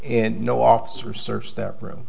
and no officer search that room